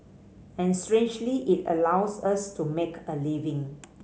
and strangely it allows us to make a living